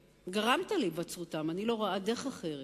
שגרמת להיווצרותם, אני לא רואה דרך אחרת,